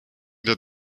der